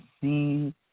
see